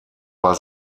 war